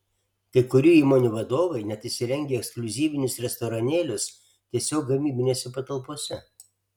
kai kurių įmonių vadovai net įsirengia ekskliuzyvinius restoranėlius tiesiog gamybinėse patalpose